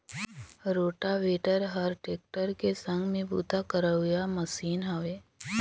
rotavator हर tractor के संघ में बूता करोइया मसीन हवे